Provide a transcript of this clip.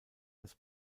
das